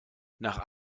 nach